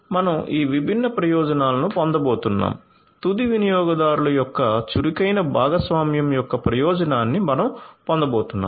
మనం ఈ విభిన్న ప్రయోజనాలను పొందబోతున్నాము తుది వినియోగదారుల యొక్క చురుకైన భాగస్వామ్యం యొక్క ప్రయోజనాన్ని మనం పొందబోతున్నాము